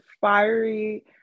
fiery